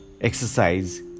exercise